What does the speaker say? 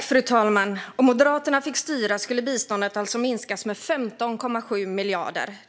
Fru talman! Om Moderaterna fick styra skulle biståndet minskas med 15,7 miljarder.